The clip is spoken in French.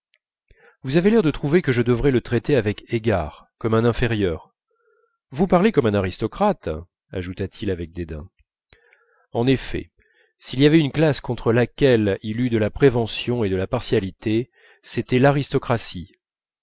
vous avez l'air de trouver que je devrais le traiter avec égards comme un inférieur vous parlez comme un aristocrate ajouta-t-il avec dédain en effet s'il y avait une classe contre laquelle il eût de la prévention et de la partialité c'était l'aristocratie